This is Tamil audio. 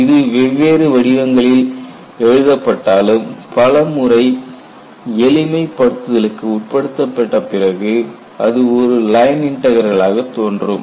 இது வெவ்வேறு வடிவங்களில் எழுதப்பட்டாலும் பலமுறை எளிமை படுத்துதலுக்கு உட்படுத்தப்பட்ட பிறகு அது ஒரு லைன் இன்டக்ரலாக தோன்றும்